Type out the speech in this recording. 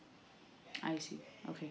I see okay